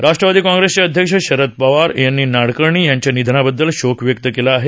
राष्ट्रवादी काँग्रेसचे अध्यक्ष शरद पवार यांनी नाडकर्णी यांच्या निधनाबददल शोक व्यक्त केला आहे